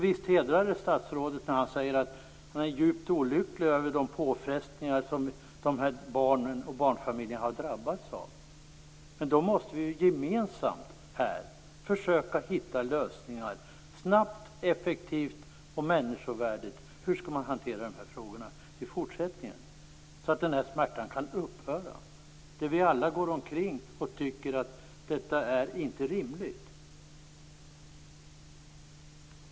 Visst hedrar det statsrådet när han säger att han är djupt olycklig över de påfrestningar som barnen och barnfamiljerna har drabbats av. Då måste vi gemensamt försöka att hitta lösningar - snabbt, effektivt och människovärdigt. Hur skall dessa frågor hanteras i fortsättningen så att smärtan kan upphöra? Vi går alla omkring och tycker att detta inte är rimligt.